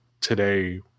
today